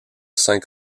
cinq